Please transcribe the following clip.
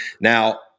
now